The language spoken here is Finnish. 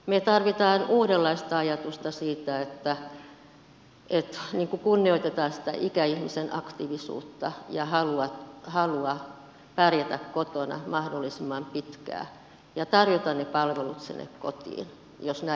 me tarvitsemme uudenlaista ajatusta siitä että kunnioitetaan sitä ikäihmisen aktiivisuutta ja halua pärjätä kotona mahdollisimman pitkään ja tarjotaan ne palvelut sinne kotiin jos näin halutaan